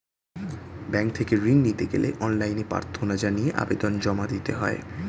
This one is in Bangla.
ব্যাংক থেকে ঋণ নিতে গেলে অনলাইনে প্রার্থনা জানিয়ে আবেদন জমা দিতে হয়